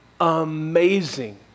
Amazing